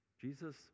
Jesus